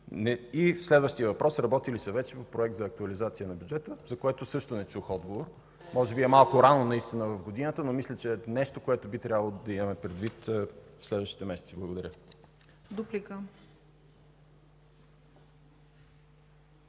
Следващият въпрос е: работи ли се вече по проект за актуализация на бюджета, за което също не чух отговор? Може би наистина е малко рано в годината, но мисля, че е нещо, което би трябвало да имаме предвид в следващите месеци. Благодаря.